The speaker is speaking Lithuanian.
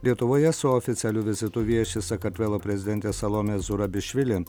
lietuvoje su oficialiu vizitu vieši sakartvelo prezidentė salomė zurabišvili